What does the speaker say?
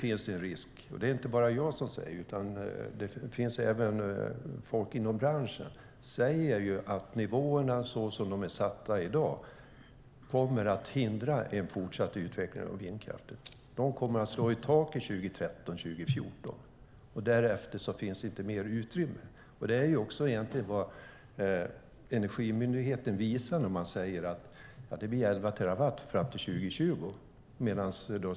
Inte bara jag utan även folk inom branschen säger att nivåerna, som de är satta i dag, kommer att hindra en fortsatt utveckling av vindkraft. De kommer att slå i taket 2013-2014. Därefter finns det inte mer utrymme. Det är vad Energimyndigheten visar när man säger att det blir 11 terawattimmar fram till 2020.